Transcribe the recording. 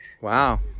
Wow